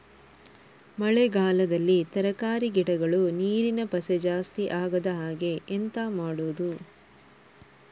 ಮಳೆಗಾಲದಲ್ಲಿ ತರಕಾರಿ ಗಿಡಗಳು ನೀರಿನ ಪಸೆ ಜಾಸ್ತಿ ಆಗದಹಾಗೆ ಎಂತ ಮಾಡುದು?